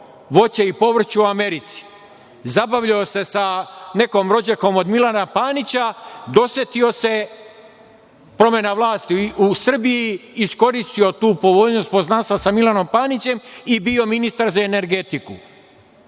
voća i povrća u Americi. Zabavljao se sa nekom rođakom od Milana Panića, dosetio se promena vlasti u Srbiji, iskoristio tu povoljnost poznanstva sa Milanom Panićem i bio ministar za energetiku.